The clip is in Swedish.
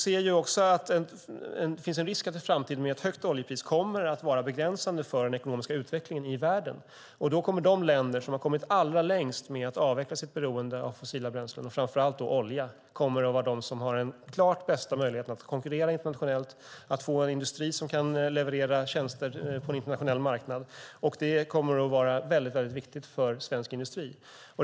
Det finns risk för att det i framtiden, med ett högt oljepris, kommer att vara begränsande för den ekonomiska utvecklingen i världen. Då kommer de länder som har kommit allra längs med att avveckla sitt beroende av fossila bränslen och framför allt olja att vara de som har den klart bästa möjligheten att konkurrera internationellt och få en industri som kan leverera tjänster på en internationell marknad. Det kommer att vara mycket viktigt för svensk industri.